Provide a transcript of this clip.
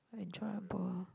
enjoyable